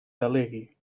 delegui